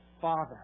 Father